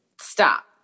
stop